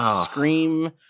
scream